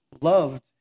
loved